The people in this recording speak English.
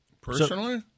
Personally